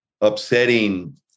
upsetting